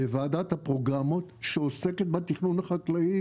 בוועדת הפרוגרמות שעוסקת בתכנון החקלאי,